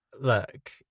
Look